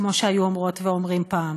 כמו שהיו אומרות ואומרים פעם.